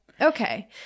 Okay